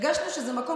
הרגשנו שזה מקום